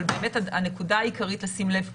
אבל באמת הנקודה העיקרית, לשים לב פה,